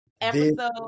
episode